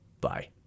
Bye